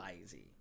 lazy